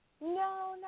No